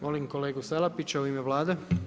Molim kolegu Salapića, u ime Vlade.